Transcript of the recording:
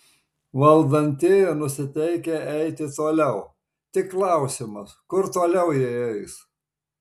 valdantieji nusiteikę eiti toliau tik klausimas kur toliau jie eis